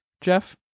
Jeff